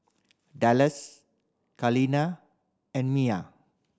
Dallas Kaleena and Mia